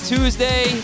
Tuesday